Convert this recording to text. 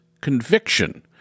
conviction